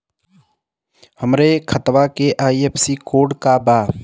हमरे खतवा के आई.एफ.एस.सी कोड का बा?